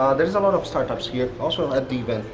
ah there's a lot of startups here, also at the event,